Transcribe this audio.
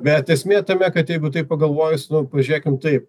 bet esmė tame kad jeigu taip pagalvojus nu pažėkim taip